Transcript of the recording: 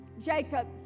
Jacob